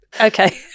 Okay